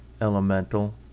elemental